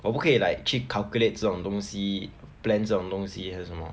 我不可以 like 去 calculate 这种东西 plan 这种东西还是什么